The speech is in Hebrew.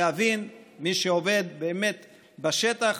להבין את מי שעובד באמת בשטח,